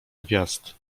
gwiazd